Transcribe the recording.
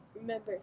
Remember